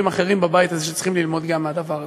חברים אחרים שצריכים ללמוד גם מהדבר הזה.